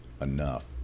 enough